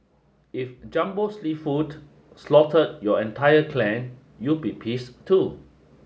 if Jumbo Seafood slaughtered your entire clan you be pissed too